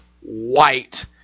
white